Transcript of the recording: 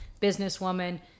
businesswoman